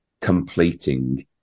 completing